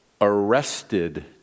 arrested